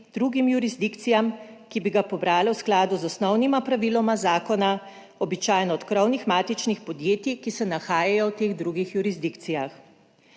drugim jurisdikcijam, ki bi ga pobrale v skladu z osnovnima praviloma zakona, običajno od krovnih matičnih podjetij, ki se nahajajo v teh drugih jurisdikcijah.